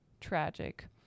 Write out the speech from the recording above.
tragic